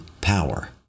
power